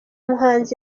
muhanzi